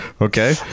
okay